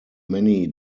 many